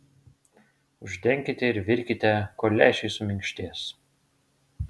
uždenkite ir virkite kol lęšiai suminkštės